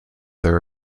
their